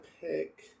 pick